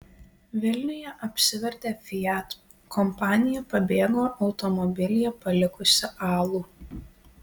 vilniuje apsivertė fiat kompanija pabėgo automobilyje palikusi alų